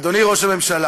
אדוני ראש הממשלה,